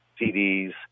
CDs